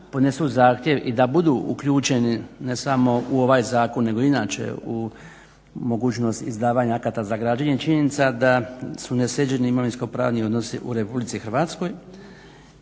podnesu zahtjev i da budu uključeni ne samo u ovaj zakon nego i inače u mogućnost izdavanja akata za građenje je činjenica da su nesređeni imovinsko-pravni odnosi u RH i da je